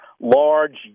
large